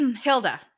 Hilda